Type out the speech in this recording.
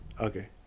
Okay